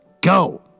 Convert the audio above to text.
go